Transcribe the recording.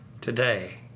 Today